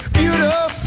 beautiful